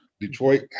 Detroit